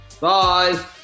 Bye